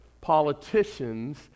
politicians